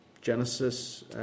Genesis